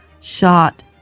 shot